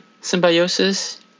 Symbiosis